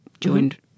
joined